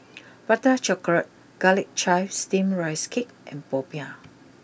Prata chocolate Garlic Chives Steamed Rice Cake and Popiah